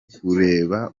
kureba